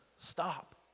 stop